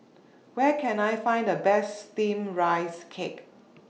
Where Can I Find The Best Steamed Rice Cake